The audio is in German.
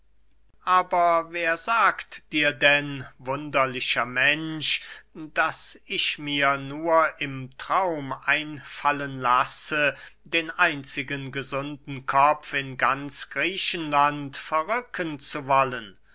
aber wer sagt dir denn wunderlicher mensch daß ich mir nur im traum einfallen lasse den einzigen gesunden kopf in ganz griechenland verrücken zu wollen